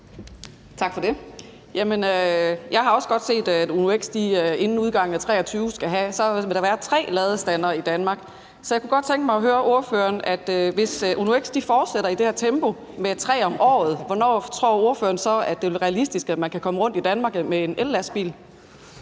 Tak for det. Jeg har også godt set, at Uno-X inden udgangen af 2023 vil etablere tre ladestandere i Danmark. Så jeg kunne godt tænke mig at høre ordføreren om noget. Hvis Uno-X fortsætter i det her tempo med tre om året, hvornår tror ordføreren så det vil være realistisk, at man kan komme rundt i Danmark med en ellastbil?